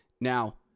Now